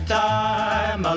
time